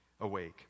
awake